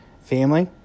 family